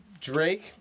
Drake